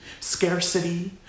scarcity